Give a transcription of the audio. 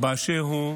באשר הוא